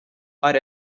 are